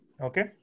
Okay